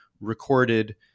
recorded